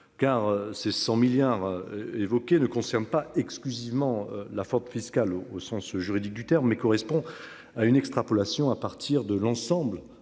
car c'est 100 milliards évoqués ne concerne pas exclusivement la Ford fiscal au au sens juridique du terme mais correspond à une extrapolation à partir de l'ensemble